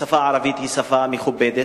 השפה הערבית היא שפה מכובדת.